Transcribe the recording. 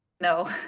No